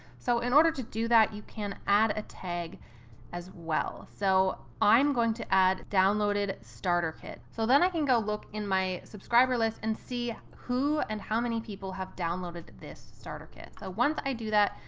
so in order to do that, you can add a tag as well. so i'm going to add downloaded starter kit. so then i can go look in my subscriber list and see who, and how many people have downloaded this starter kit. so once i do that,